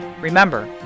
Remember